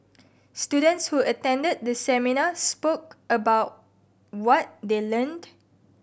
students who attended the seminar spoke about what they learned